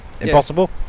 Impossible